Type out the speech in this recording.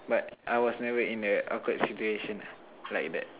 but I was never in a awkward situation ah like that